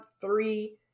three